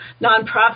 nonprofit